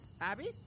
Abby